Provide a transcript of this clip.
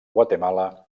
guatemala